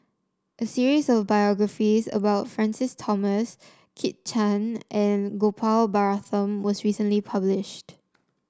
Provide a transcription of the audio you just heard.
a series of biographies about Francis Thomas Kit Chan and Gopal Baratham was recently published